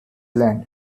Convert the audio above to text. land